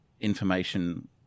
information